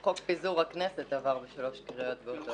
חוק פיזור הכנסת עבר שלוש קריאות ביום אחד.